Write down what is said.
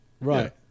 Right